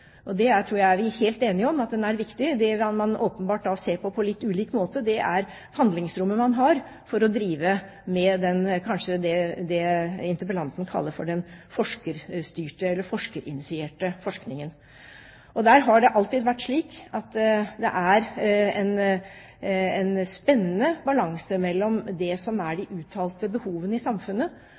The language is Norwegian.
det tror jeg vi er helt enige om. Det man åpenbart ser på på litt ulik måte, er handlingsrommet man har for å drive med det som interpellanten kaller for den forskerstyrte, eller forskerinitierte, forskningen. Der har det alltid vært slik at det er en spennende balanse mellom det som er de uttalte behovene i samfunnet,